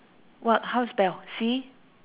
what how spell C